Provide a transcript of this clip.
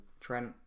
Trent